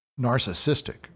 narcissistic